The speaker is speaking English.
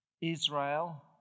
Israel